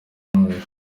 ntuje